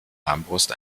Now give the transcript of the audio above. armbrust